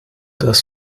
das